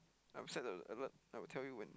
I'll set the alert I will tell you when